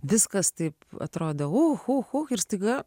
viskas taip atrodo uch uch uch ir staiga